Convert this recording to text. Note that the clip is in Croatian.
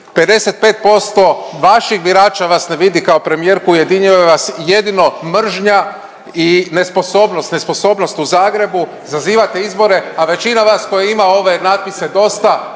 55% vaših birača vas ne vidi kao premijerku i ujedinjuju vas jedino mržnja i nesposobnost, nesposobnost u Zagrebu, zazivate izbore, a većina vas koji ima ove natpise Dosta!